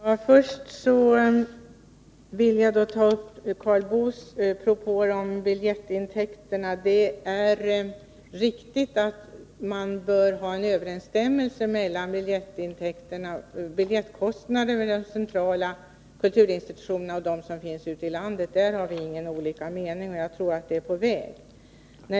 Herr talman! Först vill jag ta upp Karl Boos propåer om biljettintäkterna. Det är riktigt att man bör ha en överensstämmelse mellan biljettkostnaderna ide centrala kulturinstitutionerna och dem som finns ute i landet. Där har vi inte olika meningar, och jag tror att det är på väg.